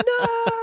no